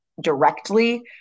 directly